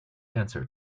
answer